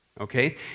Okay